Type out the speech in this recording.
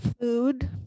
food